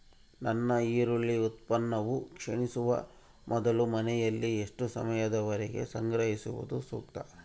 ನನ್ನ ಈರುಳ್ಳಿ ಉತ್ಪನ್ನವು ಕ್ಷೇಣಿಸುವ ಮೊದಲು ಮನೆಯಲ್ಲಿ ಎಷ್ಟು ಸಮಯದವರೆಗೆ ಸಂಗ್ರಹಿಸುವುದು ಸೂಕ್ತ?